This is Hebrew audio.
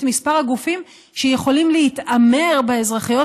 את מספר הגופים שיכולים להתעמר באזרחיות